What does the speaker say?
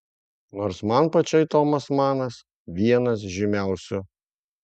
nors man pačiai tomas manas vienas žymiausių